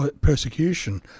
persecution